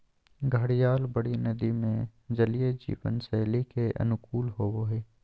घड़ियाल बड़ी नदि में जलीय जीवन शैली के अनुकूल होबो हइ